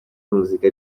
muzika